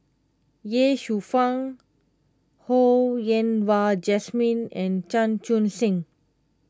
Ye Shufang Ho Yen Wah Jesmine and Chan Chun Sing